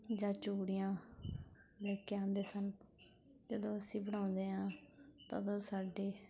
ਜਾਂ ਚੂੜੀਆਂ ਲੈ ਕੇ ਆਉਂਦੇ ਸਨ ਜਦੋਂ ਅਸੀਂ ਬਣਾਉਦੇ ਹਾਂ ਤਦ ਸਾਡੇ